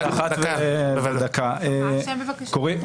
בבקשה.